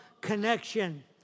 connection